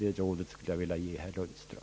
Det rådet skulle jag vilja ge herr Lundström.